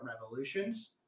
revolutions